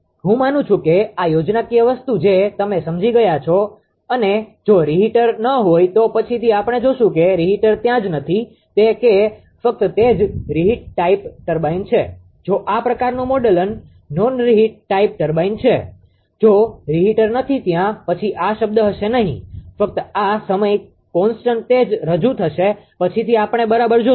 હું માનું છું કે આ યોજનાકીય વસ્તુ જે તમે સમજી ગયા છો અને જો રિહિટર ન હોય તો પછીથી આપણે જોશું કે રીહિટર ત્યાં જ નથી કે ફક્ત તે જ રી હીટ ટાઇપ ટર્બાઇન છે જો આ પ્રકારનું મોડલન નોન રીહિટ ટાઇપ ટર્બાઇન છે જો રીહિટર નથી ત્યાં પછી આ શબ્દ હશે નહીં ફક્ત આ સમય કોન્સ્ટન્ટ તે રજૂ થશે પછીથી આપણે બરાબર જોશું